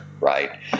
right